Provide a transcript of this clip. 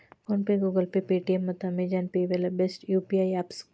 phone pay, Google Pay, Paytm ಮತ್ತ Amazon Pay ಇವೆಲ್ಲ best UPI apps